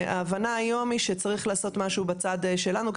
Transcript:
ההבנה היום שצריך לעשות משהו בצד שלנו,